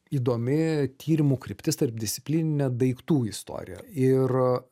įdomi tyrimų kryptis tarpdisciplininė daiktų istorija ir